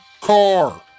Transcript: Car